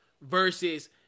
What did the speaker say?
versus